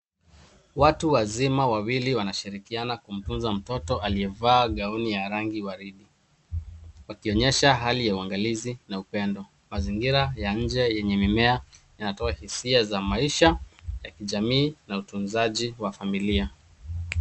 Watu wazima wawili wanashirikiana kumfunza mtoto aliyevaa gauni ya rangi waridi wakionyesha hali ya uangalizi na upendo. Mazingira ya nje yenye mimea inatoa hisia za maisha ya kijamii na utunzaji wa familia.